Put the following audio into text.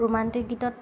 romantic গীতত